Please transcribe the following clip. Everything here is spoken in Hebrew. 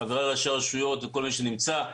חבריי ראשי הרשויות וכל מי שנמצא,